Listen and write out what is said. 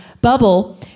bubble